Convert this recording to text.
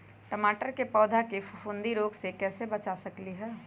टमाटर के पौधा के फफूंदी रोग से कैसे बचा सकलियै ह?